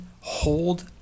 hold